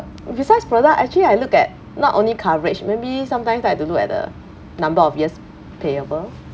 besides product actually I look at not only coverage maybe sometimes I have to look at the number of years payable